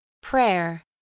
Prayer